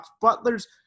Butlers